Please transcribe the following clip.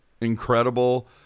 incredible